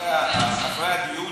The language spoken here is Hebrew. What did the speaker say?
מחייבת דיון